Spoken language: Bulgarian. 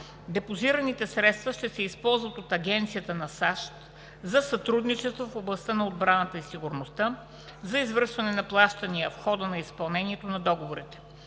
Депозираните средства ще се използват от Агенцията на САЩ за сътрудничество в областта на отбраната и сигурността за извършване на плащания в хода на изпълнението на договорите.